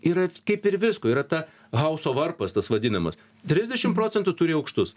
yra kaip ir visko yra ta hauso varpas tas vadinamas trisdešim procentų turi aukštus